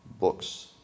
books